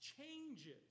changes